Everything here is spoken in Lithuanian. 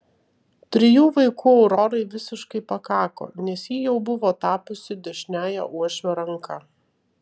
trijų vaikų aurorai visiškai pakako nes ji jau buvo tapusi dešiniąja uošvio ranka